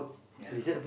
ya